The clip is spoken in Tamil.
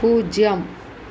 பூஜ்ஜியம்